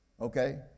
okay